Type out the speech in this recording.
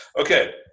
Okay